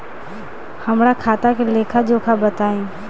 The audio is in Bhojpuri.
हमरा खाता के लेखा जोखा बताई?